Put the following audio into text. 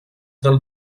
del